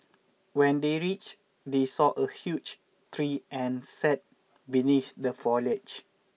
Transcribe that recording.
when they reached they saw a huge tree and sat beneath the foliage